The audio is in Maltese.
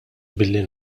billi